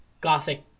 gothic